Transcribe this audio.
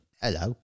hello